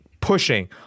pushing